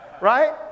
right